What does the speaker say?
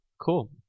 Cool